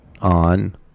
on